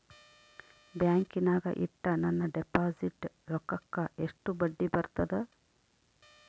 ಬ್ಯಾಂಕಿನಾಗ ಇಟ್ಟ ನನ್ನ ಡಿಪಾಸಿಟ್ ರೊಕ್ಕಕ್ಕ ಎಷ್ಟು ಬಡ್ಡಿ ಬರ್ತದ?